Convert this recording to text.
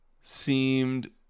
seemed